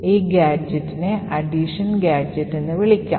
ഈ ഗാഡ്ജെറ്റിനെ addition gadget എന്ന് വിളിക്കാം